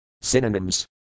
Synonyms